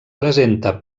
presenta